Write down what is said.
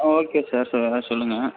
ஆ okay sir ஷுயராக சொல்லுங்கள்